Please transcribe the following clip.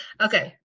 Okay